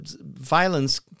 violence